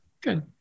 good